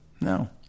no